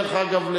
דרך אגב,